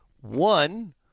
One